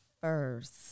first